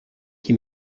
qui